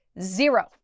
Zero